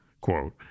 Quote